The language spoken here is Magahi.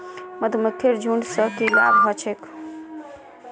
मधुमक्खीर झुंड स की लाभ ह छेक